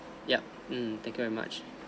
yup um thank you very much